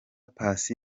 paccy